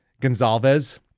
Gonzalez